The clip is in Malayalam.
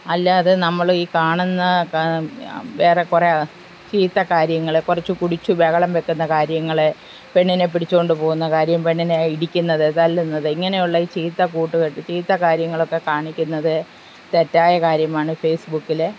അല്ലാതെ നമ്മൾ ഈ കാണുന്ന ഏറെക്കുറെ ചീത്തകാര്യങ്ങൾ കുറച്ചു കുടിച്ചു ബഹളം വെയ്ക്കുന്ന കാര്യങ്ങൾ പെണ്ണിനെ പിടിച്ചു കൊണ്ടു പോകുന്ന കാര്യം പെണ്ണിനെ ഇടിക്കുന്നത് തല്ലുന്നത് ഇങ്ങനെയുള്ള ഈ ചീത്ത കൂട്ടുകെട്ട് ചീത്തകാര്യങ്ങളൊക്കെ കാണിക്കുന്നത് തെറ്റായ കാര്യമാണ് ഫെയ്സ് ബുക്കിൽ